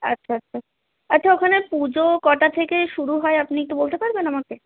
আচ্ছা আচ্ছা আচ্ছা ওখানে পুজো কটা থেকে শুরু হয় আপনি একটু বলতে পারবেন আমাকে